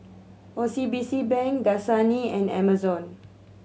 O C B C Bank Dasani and Amazon